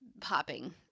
popping